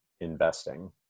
investing